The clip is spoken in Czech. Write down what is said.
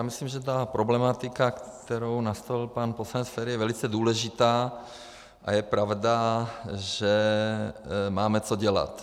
Myslím si, že problematika, kterou nastolil pan poslanec Feri, je velice důležitá, a je pravda, že máme co dělat.